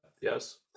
yes